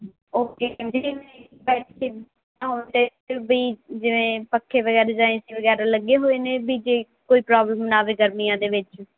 okay ਵੀ ਜਿਵੇਂ ਪੱਖੇ ਵਗੈਰਾ ਜਾਂ ਏ ਸੀ ਵਗੈਰਾ ਲੱਗੇ ਹੋਏ ਨੇ ਵੀ ਜੇ ਕੋਈ ਪ੍ਰੋਬਲਮ ਨਾ ਆਵੇ ਗਰਮੀਆਂ ਦੇ ਵਿੱਚ